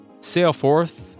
Sailforth